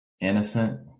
innocent